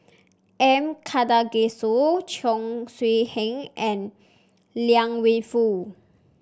M Karthigesu Cheong Siew Keong and Liang Wenfu